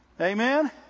Amen